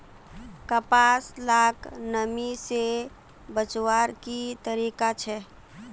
कपास लाक नमी से बचवार की तरीका छे?